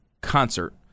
concert